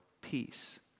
Peace